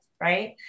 right